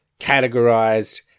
categorized